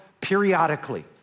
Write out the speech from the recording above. periodically